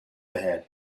ahead